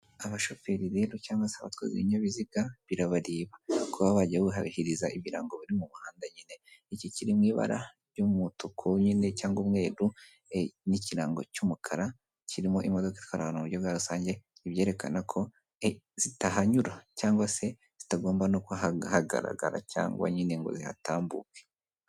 Abashoferi rero cyangwa se abatwaye ibinyabiziga, birabareba kuba bajya buhabihiriza ibirango biri mu muhanda nyine, Iki kiri mu ibara ry'umutuku nyine cyangwa umweru, n'ikirango cy'umukara kirimo imodoka itwara abantu mu buryo bwa rusange, ni ibyerekana ko zitahanyura cyangwa se zitagomba no kuhagaragara cyangwa nyine ngo zihatambuke.